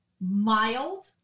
mild